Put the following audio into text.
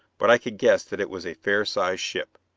but i could guess that it was a fair-sized ship.